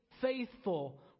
faithful